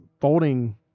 folding